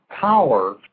power